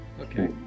okay